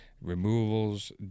removals